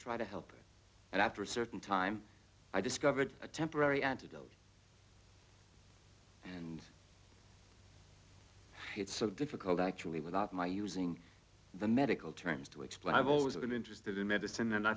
try to help and after a certain time i discovered a temporary antidote and it's so difficult actually without my using the medical terms to explain i've always been interested in medicine and i